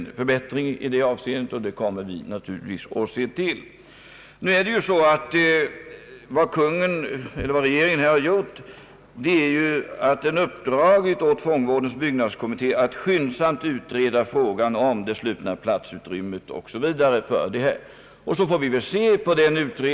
Vi kommer naturligtvis att se till att det sker en förbättring i det avseendet. Vad regeringen har gjort är ju att den uppdragit åt fångvårdens byggnadskommitté att skyndsamt utreda frågan om det slutna platsutrymmet o. s. v.